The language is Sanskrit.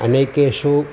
अनेकेषु